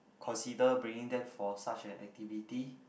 consider bringing them for such an activity